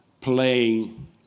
playing